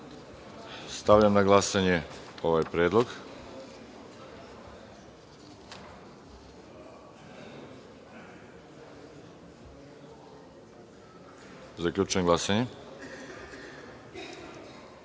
na glasanje ovaj predlog. Zaključujem glasanje: